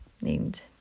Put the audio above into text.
named